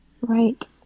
right